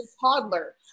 toddler